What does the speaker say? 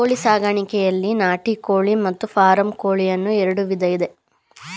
ಕೋಳಿ ಸಾಕಾಣಿಕೆಯಲ್ಲಿ ನಾಟಿ ಕೋಳಿ ಮತ್ತು ಫಾರಂ ಕೋಳಿ ಅನ್ನೂ ಎರಡು ವಿಧ ಇದೆ